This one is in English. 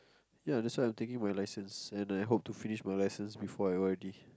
ya that's why I'm taking my licence and I hope to finish my licence before I O_R_D